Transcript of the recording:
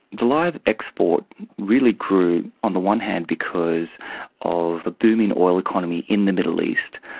the live export really grew on the one hand because of the booming oil economy in the middle east,